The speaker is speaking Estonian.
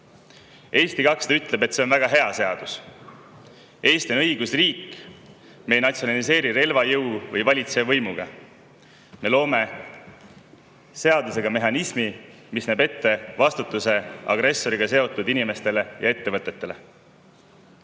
Eesti 200 ütleb, et see on väga hea seadus. Eesti on õigusriik, me ei natsionaliseeri relvajõu või valitseja võimuga. Me loome seadusega mehhanismi, mis näeb ette vastutuse agressoriga seotud inimestele ja ettevõtetele.